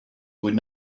would